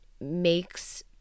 makes